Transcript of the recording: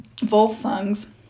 Volsungs